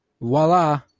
voila